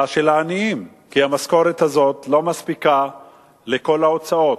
של העניים כי המשכורת הזאת לא מספיקה לכל ההוצאות.